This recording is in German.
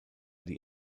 die